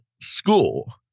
school